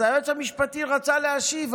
אז היועץ המשפטי רצה להשיב,